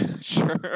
Sure